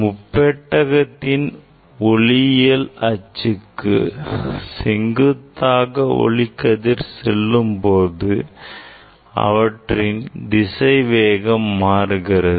முப்பெட்டகத்தின் ஒளியியல் அச்சுக்கு செங்குத்தாக ஒளிக்கதிர் செல்லும்போது அவற்றின் திசைவேகம் மாறுகிறது